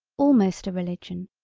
almost a religion,